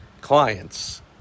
Clients